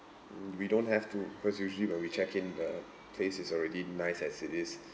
mm we don't have to because usually when we check in the place is already nice as it is